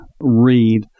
read